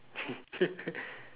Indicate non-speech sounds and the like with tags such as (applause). (laughs)